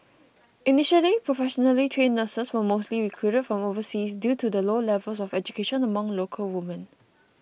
initially professionally trained nurses were mostly recruited from overseas due to the low levels of education among local women